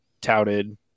Touted